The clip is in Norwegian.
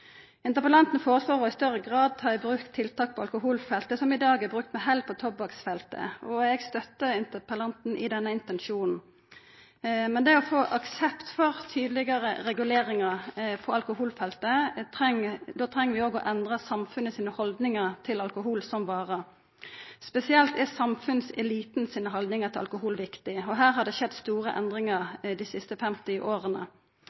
i større grad å ta i bruk tiltak på alkoholfeltet som i dag er brukt med hell på tobakksfeltet. Eg støttar interpellanten i denne intensjonen. Men for å få aksept for tydelegare reguleringar på alkoholfeltet treng vi også å endra samfunnets haldningar til alkohol som vare. Spesielt er samfunnselitens haldningar til alkohol viktige. Her har det skjedd store